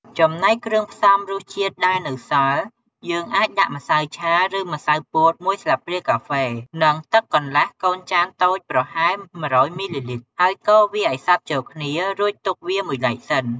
ចំណែកគ្រឿងផ្សំរសជាតិដែលនៅសល់ យើងអាចដាក់ម្សៅឆាឬម្សៅពោត១ស្លាបព្រាកាហ្វេ និងទឹកកន្លះកូនចានតូចប្រហែល១០០មីលីលីត្រ ហើយកូរវាឲ្យសព្វចូលគ្នា រួចទុកវាមួយឡែកសិន។